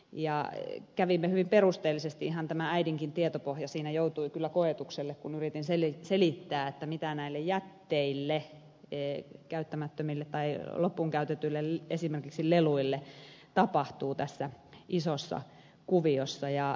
ja kävimme hyvin perusteellisen keskustelun ihan tämä äidinkin tietopohja siinä joutui kyllä koetukselle kun yritin selittää mitä näille jätteille esimerkiksi käyttämättömille tai loppuun käytetyille leluille tapahtuu tässä isossa kuviossa